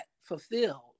fulfilled